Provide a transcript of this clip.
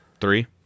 Three